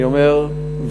אני אומר,